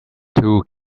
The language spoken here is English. two